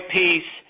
peace